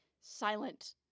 silent